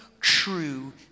true